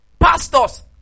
Pastors